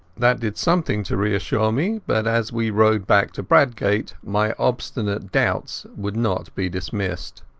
that did something to reassure me, but as we rowed back to bradgate my obstinate doubts would not be dismissed.